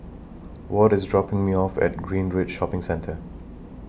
Ward IS dropping Me off At Greenridge Shopping Centre